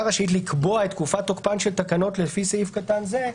רשאית לקבוע את תקופת תוקפן של תקנות לפי סעיף קטן זה,